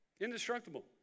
Indestructible